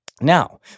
Now